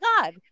God